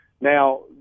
Now